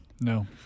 No